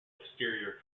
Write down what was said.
exterior